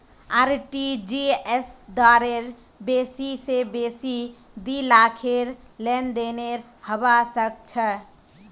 RTGS द्वारे बेसी स बेसी दी लाखेर लेनदेन हबा सख छ